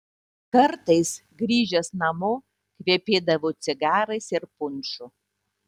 kartais grįžęs namo kvepėdavo cigarais ir punšu